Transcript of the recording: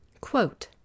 Quote